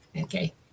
Okay